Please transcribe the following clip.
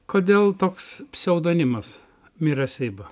kodėl toks pseudonimas mira seiba